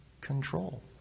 control